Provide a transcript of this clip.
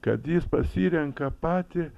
kad jis pasirenka patį